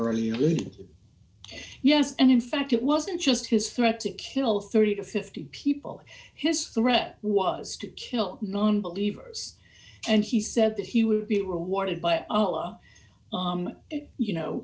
really yes and in fact it wasn't just his threat to kill thirty to fifty people his threat was to kill nonbelievers and he said that he would be rewarded by allah you know